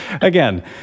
Again